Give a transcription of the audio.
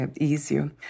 easier